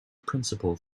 principle